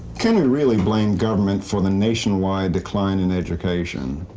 can we really blame government for the nationwide decline in education?